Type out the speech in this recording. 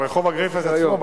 אבל רחוב אגריפס עצמו,